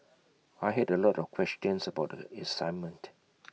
I had A lot of questions about the assignment